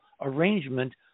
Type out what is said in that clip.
arrangement